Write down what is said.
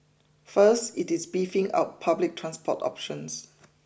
first it is beefing up public transport options